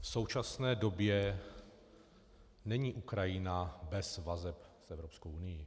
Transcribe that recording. V současné době není Ukrajina bez vazeb s Evropskou unií.